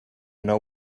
know